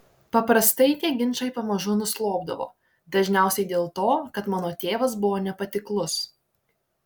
paprastai tie ginčai pamažu nuslopdavo dažniausiai dėl to kad mano tėvas buvo nepatiklus